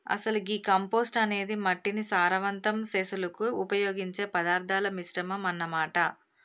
అసలు గీ కంపోస్టు అనేది మట్టిని సారవంతం సెసులుకు ఉపయోగించే పదార్థాల మిశ్రమం అన్న మాట